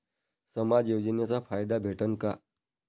समाज योजनेचा फायदा भेटन का?